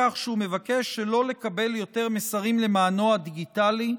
מבקש שלא לקבל יותר מסרים למענו הדיגיטלי,